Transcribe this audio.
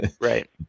right